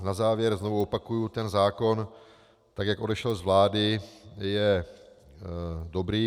Na závěr znovu opakuji, zákon, tak jak odešel z vlády, je dobrý.